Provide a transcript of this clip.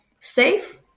safe